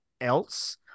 else